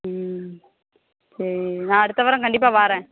ம் சரி நான் அடுத்த வாரம் கண்டிப்பாக வாரன்